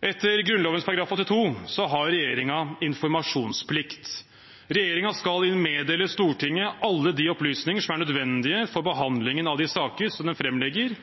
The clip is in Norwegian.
Etter Grunnloven § 82 har regjeringen informasjonsplikt: «Regjeringen skal meddele Stortinget alle de opplysninger som er nødvendige for behandlingen av de saker den fremlegger.